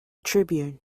tribune